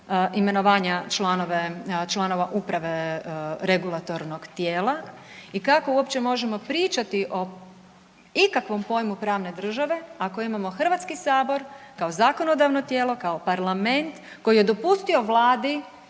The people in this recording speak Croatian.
imenovanja članova uprave regulatornog tijela i kako uopće možemo pričati o ikakvom pojmu pravne države ako imamo HS kao zakonodavno tijelo, kao parlament koji je dopustio Vladi